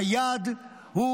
היעד הוא